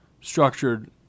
structured